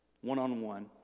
one-on-one